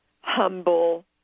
humble